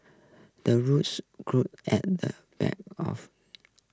the rooster crows at the back of